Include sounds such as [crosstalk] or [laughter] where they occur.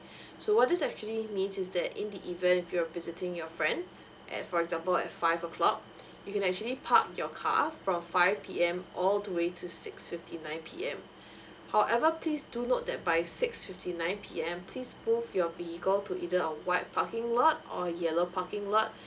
[breath] so what this actually means is that in the event if you're visiting your friend at for example at five o'clock [breath] you can actually park your car from five P_M all the way to six fifty nine P_M [breath] however please do note that by six fifty nine P_M please move your vehicle to either a white parking lot or yellow parking lot [breath]